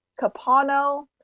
Capano